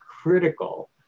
critical